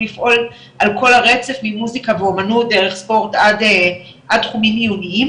לפעול על הרצף ממוסיקה ואמנות דרך ספורט עד תחומים עיוניים